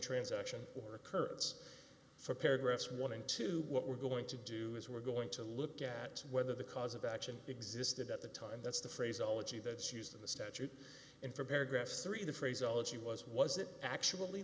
transaction or occurrence for paragraphs wanting to what we're going to do is we're going to look at whether the cause of action existed at the time that's the phrase ology that's used in the statute and for paragraphs three the phrase ology was was it actually